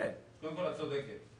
קודם כול, את צודקת.